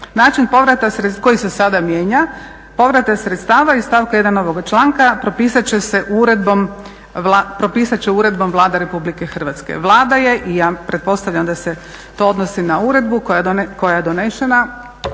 način povrata, koji se sada mijenja, povrata sredstava iz stavka 1. ovoga članka propisati će uredbom Vlada Republike Hrvatske. Vlada je i ja pretpostavljam da se to odnosi na uredbu koja je donesena